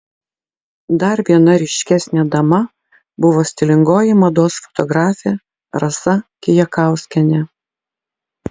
dar viena ryškesnė dama buvo stilingoji mados fotografė rasa kijakauskienė